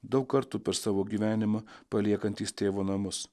daug kartų per savo gyvenimą paliekantys tėvo namus